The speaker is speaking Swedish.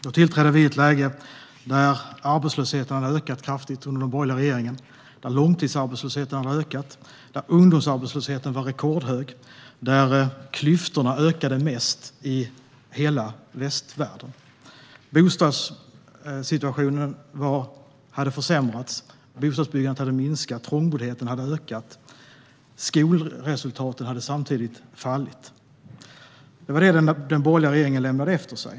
Vi tillträdde i ett läge där arbetslösheten hade ökat kraftigt under den borgerliga regeringen. Långtidsarbetslösheten hade ökat, ungdomsarbetslösheten var rekordhög och klyftorna ökade mest i hela västvärlden. Bostadssituationen hade försämrats, bostadsbyggandet hade minskat och trångboddheten hade ökat. Skolresultaten hade samtidigt fallit. Det var vad den borgerliga regeringen lämnade efter sig.